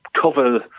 cover